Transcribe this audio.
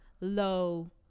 low